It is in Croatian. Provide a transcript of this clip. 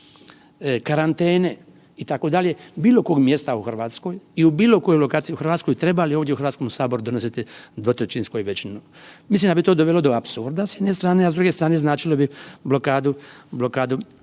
karantene itd. bilo kog mjesta u Hrvatskoj i u bilo kojoj lokaciji u Hrvatskoj treba li ovdje u Hrvatskom saboru donositi 2/3 većinom. Mislim da bi to dovelo do apsurda s jedne strane, a s druge strane značilo bi blokadu,